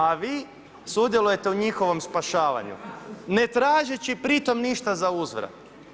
A vi sudjelujete u njihovom spašavanju ne tražeći pri tome ništa za uzvrat.